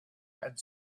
had